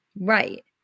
Right